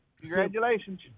Congratulations